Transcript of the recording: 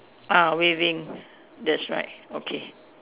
ah waving that's right okay